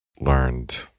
learned